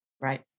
Right